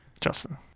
justin